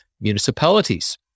Municipalities